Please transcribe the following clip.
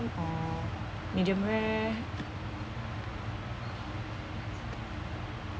or medium rare